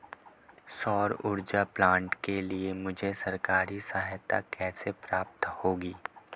सौर ऊर्जा प्लांट के लिए मुझे सरकारी सहायता कैसे प्राप्त होगी?